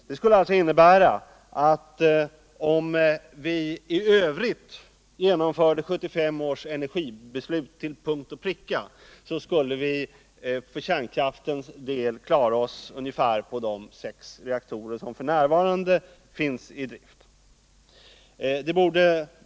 Det skulle alltså betyda, att om vi i övrigt genomförde 1975 års energibeslut till punkt och pricka, skulle vi när det gäller kärnkraften klara oss med ungefär de sex reaktorer som f.n. är i drift.